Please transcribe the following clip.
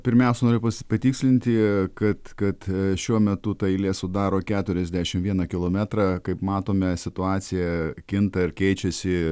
pirmiausia noriu patikslinti kad kad šiuo metu ta eilė sudaro keturiasdešim vieną kilometrą kaip matome situacija kinta ir keičiasi